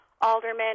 aldermen